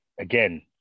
again